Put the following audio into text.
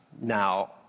Now